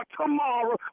tomorrow